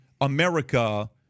America